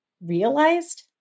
realized